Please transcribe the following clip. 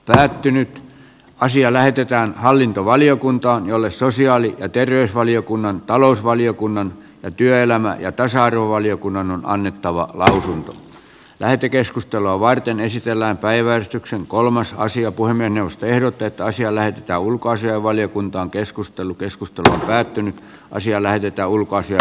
päättynyt asia lähetetään hallintovaliokuntaan jolle sosiaali ja terveysvaliokunnan talousvaliokunnan ja työelämä ja tasa arvovaliokunnan on annettava lausunto lähetekeskustelua varten esitellään päiväystyksen kolmas asia kuin minusta ehdotetaan siellä että ulkoasiainvaliokunta on keskustellut joskus tulla päättynyt asiaa lähdetä ulkoisia